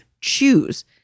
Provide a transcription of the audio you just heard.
choose